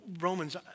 Romans